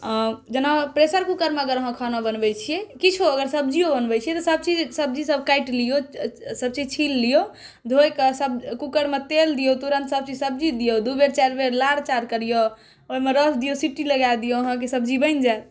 जेना प्रेशर कुकरमे अहाँ खाना बनबै छी किछो अगर सब्जियो बनबै छी तऽ सभ चीज सब्जी सभ काटि लियौ सभ चीज छील लियौ धोय कऽ सभ कुकरमे तेल दियौ ओकरामे सभ सब्जी दियौ दू बेर चारि बेर लारि चारि करियौ ओहिमे रस दियौ सिटी लगा दियौ अहाँके सब्जी बनि जायत